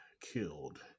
killed